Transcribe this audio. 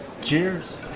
Cheers